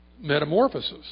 metamorphosis